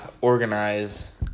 organize